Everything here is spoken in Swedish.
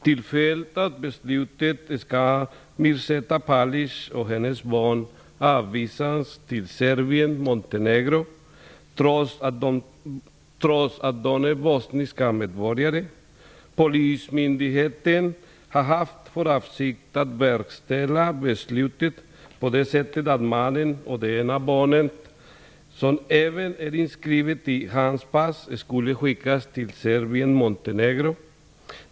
Till följd av beslutet skall Mirzeta Palic och hennes barn avvisas till Serbien-Montenegro trots att de är bosniska medborgare. Polismyndigheten har haft för avsikt att verkställa beslutet på det sättet att mannen och det ena barnet, som är inskrivet i hans pass, skulle skickas för sig till Serbien-Montenegro.